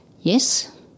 Yes